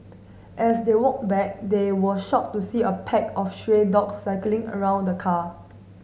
as they walked back they were shocked to see a pack of stray dogs circling around the car